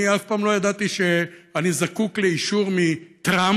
אני אף פעם לא ידעתי שאני זקוק לאישור מטראמפ,